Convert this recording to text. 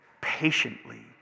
patiently